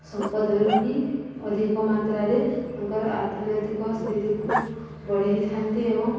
ସମ୍ପଦରୁ ହିଁ ଅଧିକ ମାତ୍ରାରେ ତାଙ୍କର ଅର୍ଥନୈତିକ ସ୍ଥିତିକୁ ବଢ଼େଇଥାନ୍ତି ଏବଂ